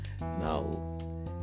Now